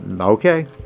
okay